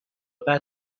قطع